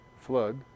flood